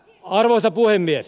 arvoisa puhemies